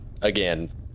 again